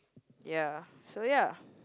ya so ya